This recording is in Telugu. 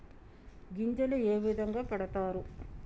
గింజలు ఏ విధంగా పెడతారు?